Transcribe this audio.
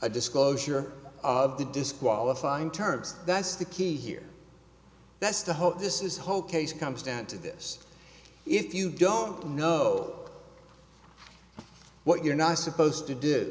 a disclosure of the disqualifying terms that's the key here that's the whole this is whole case comes down to this if you don't know what you're not supposed to do